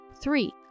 three